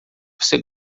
você